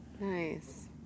Nice